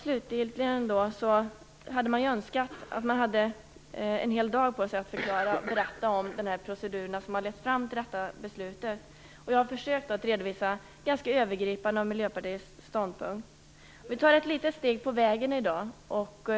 Slutligen: Man hade önskat att man hade en hel dag på sig att förklara de procedurer som har lett fram till detta förslag. Jag har försökt att ganska övergripande redovisa Miljöpartiets ståndpunkt. Vi tar ett litet steg på vägen i dag.